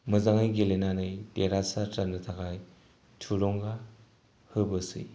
मोजाङै गेलेनानै देरहासाद जानो थाखाय थुलुंगा होबोसै